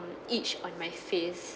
itch on my face